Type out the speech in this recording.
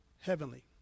heavenly